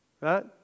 right